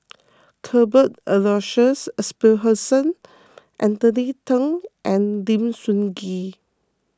Cuthbert Aloysius Shepherdson Anthony then and Lim Sun Gee